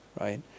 right